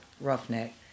roughneck